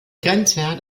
grenzwert